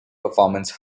performance